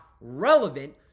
relevant